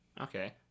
okay